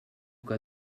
que